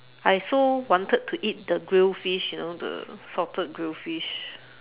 I also wanted to eat the grill fish you know the salted grill fish